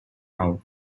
round